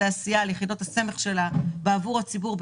התעשייה ויחידות הסמך שלה עבור הציבור.